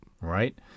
Right